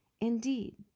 Indeed